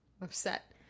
Upset